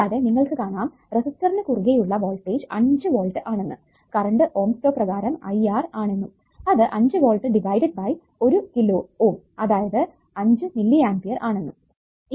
കൂടാതെ നിങ്ങൾക്ക് കാണാം റെസിസ്റ്ററിനു കുറുകെ ഉള്ള വോൾടേജ് 5 വോൾട്ട് ആണെന്നും കറണ്ട് ഓംസ് ലോ പ്രകാരം IR ആണെന്നും അത് 5 വോൾട്ട് ഡിവൈഡഡ് ബൈ 1 കിലോ അതായത് 5 മില്ലി ആമ്പിയർ ആണെന്നും